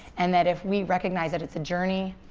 and that if we recognize that it's a journey,